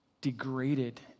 degraded